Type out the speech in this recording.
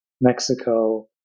Mexico